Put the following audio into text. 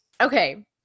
Okay